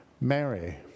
Mary